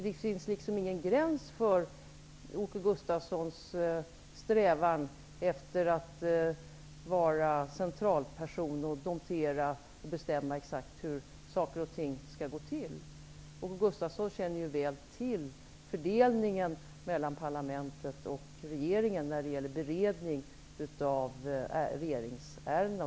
Det finns liksom ingen gräns för Åke Gustavssons strävan efter att vara centralpersonen, domdera och bestämma exakt hur saker och ting skall gå till. Åke Gustavsson känner väl till fördelningen mellan parlamentet och regeringen när det gäller beredning av regeringsärenden.